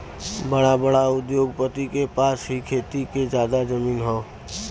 बड़ा बड़ा उद्योगपति के पास ही खेती के जादा जमीन हौ